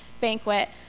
banquet